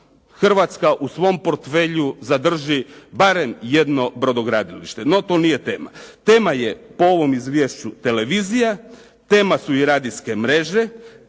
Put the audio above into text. Hrvatska u svom portfelju barem jedno brodogradilište. No to nije tema. Tema je po ovom izvješću televizija, tema su i radijske mreže,